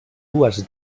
dues